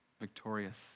victorious